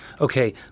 Okay